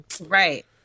Right